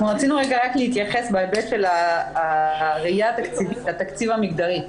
אנחנו רצינו רק להתייחס בהיבט של הראייה התקציבית לתקציב המגדרי,